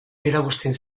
eragozten